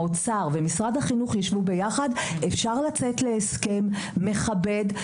האוצר ומשרד החינוך יישבו יחד אפשר לצאת להסכם מכבד.